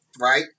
Right